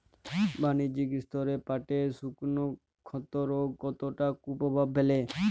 বাণিজ্যিক স্তরে পাটের শুকনো ক্ষতরোগ কতটা কুপ্রভাব ফেলে?